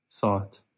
thought